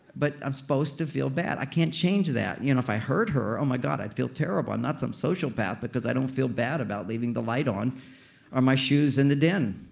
but i'm supposed to feel bad. i can't change that. you know if i hurt her, oh my god, i'd feel terrible. i'm not some social path because i don't feel bad about leaving the light on or my shoes in the den.